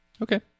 Okay